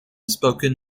spoken